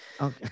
Okay